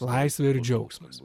laisvė ir džiaugsmas